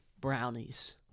brownies